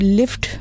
lift